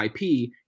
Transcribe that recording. IP